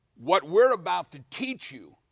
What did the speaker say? what we're about to teach you,